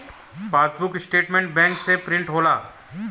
passbook statement bank से print होला